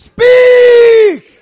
Speak